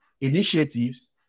initiatives